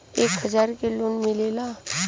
एक हजार के लोन मिलेला?